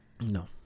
no